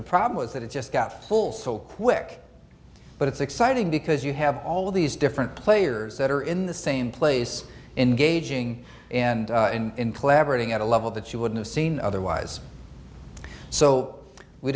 the problem is that it just got full so quick but it's exciting because you have all of these different players that are in the same place in gauging and collaborating at a level that you wouldn't have seen otherwise so we